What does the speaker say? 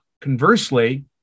Conversely